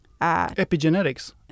epigenetics